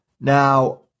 Now